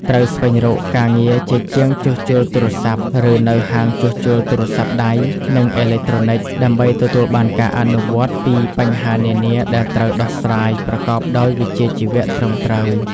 ត្រូវស្វែងរកការងារជាជាងជួសជុលទូរស័ព្ទ ឬនៅហាងជួសជុលទូរស័ព្ទដៃ និងអេឡិចត្រូនិច ដើម្បីទទួលបានការអនុវត្តន៍ពីបញ្ហានានាដែលត្រូវដោះស្រាយប្រកបដោយវិជ្ជាជីវះត្រឹមត្រូវ។